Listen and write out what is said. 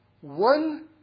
One